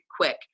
quick